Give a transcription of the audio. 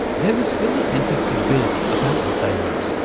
there was still a sense of civility about what they wrote,